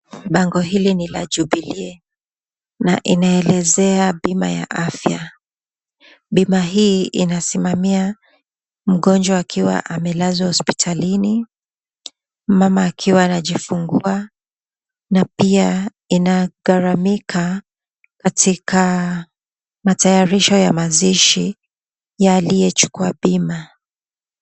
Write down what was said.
Bango hili ni la Jubilee na inaelezea bima ya afya. Bima hii inasimamia mgonjwa akiwa amelazwa hospitalini, mama akiwa anajifungua, na pia inagharimika katika matayarisho ya mazishi ya aliyechukua bima.